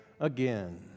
again